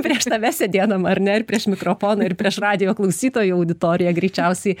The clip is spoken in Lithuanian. prieš tave sėdėdama ar ne ir prieš mikrofoną ir prieš radijo klausytojų auditoriją greičiausiai